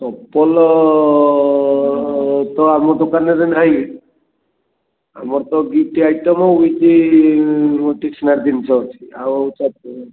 ଚପଲ ତ ଆମ ଦୋକାନରେ ନାହିଁ ଆମର ତ ଗିପ୍ଟ୍ ଆଇଟମ୍ ଉଇଥ୍ ଷ୍ଟେସନାରୀ ଜିନିଷ ଅଛି ଆଉ ଚପଲ